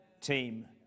team